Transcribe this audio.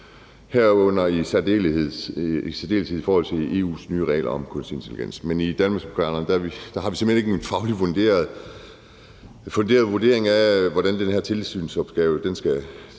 herunder i særdeleshed i forhold til EU's nye regler om kunstig intelligens. Men i Danmarksdemokraterne har vi simpelt hen ikke en faglig funderet vurdering af, om den her tilsynsopgave skal